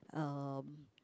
um